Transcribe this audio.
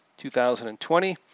2020